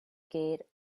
gate